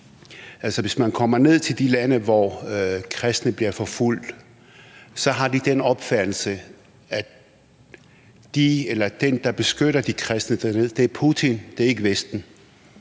Hvis man kommer ned til de lande, hvor kristne bliver forfulgt, har de den opfattelse, at den, der beskytter de kristne dernede, er Putin – det er ikke Vesten.